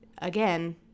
Again